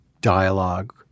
dialogue